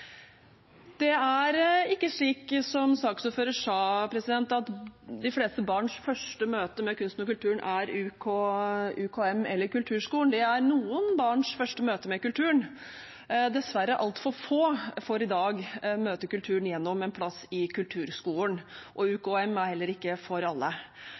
Det er ikke slik som saksordføreren sa, at de fleste barns første møte med kunst og kultur er UKM eller Kulturskolen. Det er noen barns første møte med kulturen, men dessverre får altfor få i dag møte kulturen gjennom en plass i Kulturskolen. UKM er heller ikke for alle.